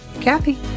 Kathy